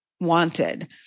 wanted